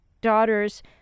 daughter's